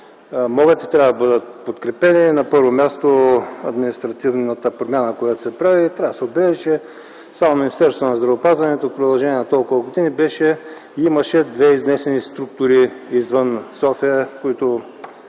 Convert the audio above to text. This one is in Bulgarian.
могат и трябва да бъдат подкрепени. На първо място – административната промяна. Трябва да се отбележи, че само Министерството на здравеопазването в продължение на толкова години имаше две изнесени структури извън София, които